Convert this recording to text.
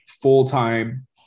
full-time